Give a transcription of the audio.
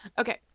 okay